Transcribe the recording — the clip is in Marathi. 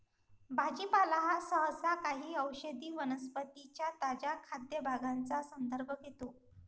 भाजीपाला हा सहसा काही औषधी वनस्पतीं च्या ताज्या खाद्य भागांचा संदर्भ घेतो